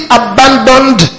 abandoned